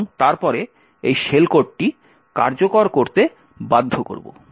এবং তারপরে এই শেল কোডটি কার্যকর করতে বাধ্য করব